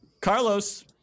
Carlos